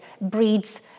breeds